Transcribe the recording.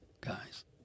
guys